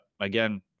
again